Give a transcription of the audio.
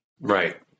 right